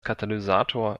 katalysator